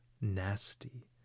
nasty